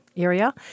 area